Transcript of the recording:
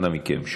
אנא מכם,